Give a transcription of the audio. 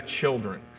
children